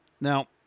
Now